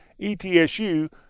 ETSU